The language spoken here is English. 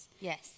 Yes